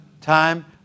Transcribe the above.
time